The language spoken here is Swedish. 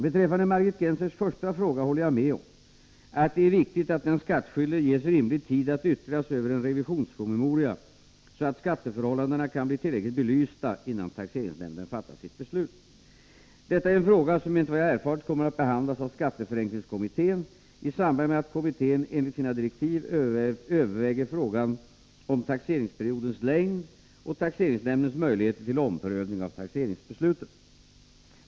Beträffande Margit Gennsers första fråga håller jag med om att det är viktigt att den skattskyldige ges rimlig tid att yttra sig över en revisionspromemoria så att skatteförhållandena kan bli tillräckligt belysta innan taxeringsnämnden fattar sitt beslut. Detta är en fråga som enligt vad jag erfarit kommer att behandlas av skatteförenklingskommittén i samband med att kommittén enligt sina direktiv överväger frågan om taxeringsperiodens längd och taxeringsnämndens möjligheter till omprövning av taxeringsbesluten.